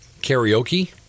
Karaoke